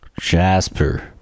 Jasper